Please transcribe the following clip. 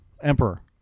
Emperor